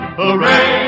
Hooray